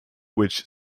which